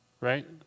right